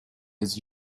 his